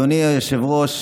אדוני היושב-ראש,